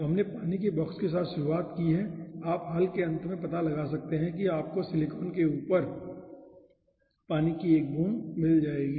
तो हमने पानी के बॉक्स के साथ शुरुआत की है और आप हल के अंत में पता लगा सकते हैं कि आपको सिलिकॉन के ऊपर पानी की एक बूंद मिल जाएगी